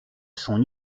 son